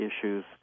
issues